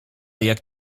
jak